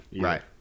Right